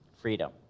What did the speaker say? freedom